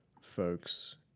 folks